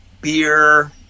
beer